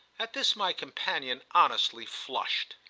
at this my companion honestly flushed.